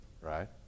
right